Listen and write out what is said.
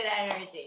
energy